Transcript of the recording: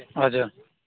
हजुर